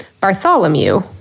Bartholomew